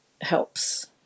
helps